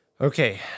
Okay